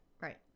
Right